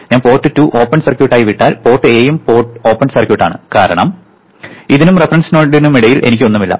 ഞാൻ port 2 open circuit ആയി വിട്ടാൽ പോർട്ട് എയും ഓപ്പൺ സർക്യൂട്ട് ആണ് കാരണം ഇതിനും റഫറൻസ് നോഡിനും ഇടയിൽ എനിക്ക് ഒന്നുമില്ല